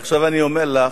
עכשיו אני אומר לך,